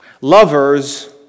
Lovers